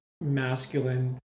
masculine